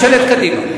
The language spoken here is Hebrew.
ממשלת קדימה.